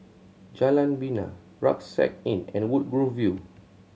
Jalan Bena Rucksack Inn and Woodgrove View